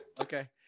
Okay